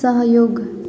सहयोग